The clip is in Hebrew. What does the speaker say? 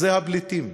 זה הפליטים,